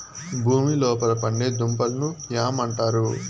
భూమి లోపల పండే దుంపలను యామ్ అంటారు